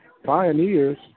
Pioneers